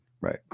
right